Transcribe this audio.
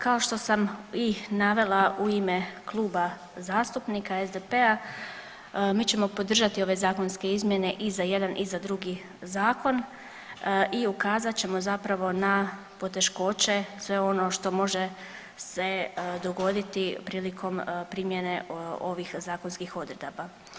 Kao što sam i navela u ime kluba zastupnika SDP-a mi ćemo podržati ove zakonske izmjene i za jedan i za drugi zakon i ukazat ćemo zapravo na poteškoće i sve ono što može se dogoditi prilikom primjene ovih zakonskih odredaba.